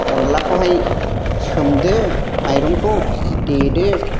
अनलाखौहाय सोमदो माइरंखौ देदो